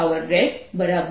8 ની બરાબર છે